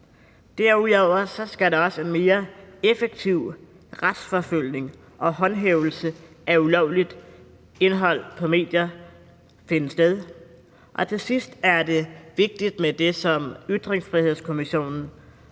Derudover skal også mere effektiv retsforfølgning og håndhævelse mod ulovligt indhold på medier finde sted. Og til sidst er det vigtigt med det, som Ytringsfrihedskommissionen